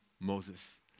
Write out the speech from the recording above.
Moses